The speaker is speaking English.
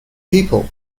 people